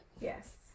yes